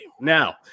now